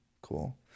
cool